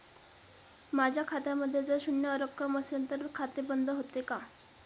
माझ्या खात्यामध्ये जर शून्य रक्कम असेल तर खाते बंद होते का?